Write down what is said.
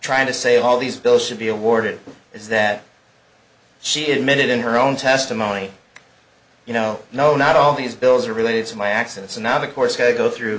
trying to say all these bills should be awarded is that she admitted in her own testimony you know no not all these bills are related to my access and now the court's going to go through